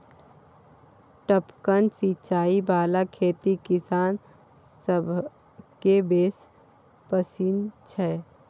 टपकन सिचाई बला खेती किसान सभकेँ बेस पसिन छै